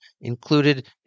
included